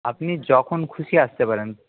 আপনি যখন খুশি আসতে পারেন